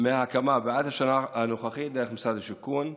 מההקמה ועד השנה הנוכחית דרך משרד השיכון.